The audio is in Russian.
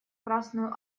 красную